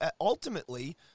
ultimately